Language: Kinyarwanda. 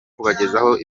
kubagezaho